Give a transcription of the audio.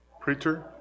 preacher